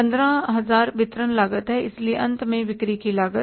15000 वितरण लागत है इसलिए अंत में बिक्री की लागत